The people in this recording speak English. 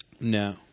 No